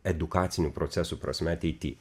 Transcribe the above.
edukacinių procesų prasme ateity